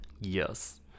Yes